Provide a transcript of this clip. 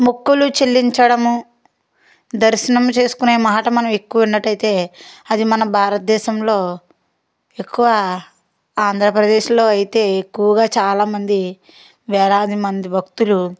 మొక్కులు చెల్లించడము దర్శనం చేసుకునే మాట మనం ఎక్కువ ఉన్నట్టయితే అది మన భారత దేశంలో ఎక్కువ ఆంధ్రప్రదేశ్లో అయితే ఎక్కువగా చాలా మంది వేలాది మంది భక్తులు